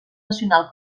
nacional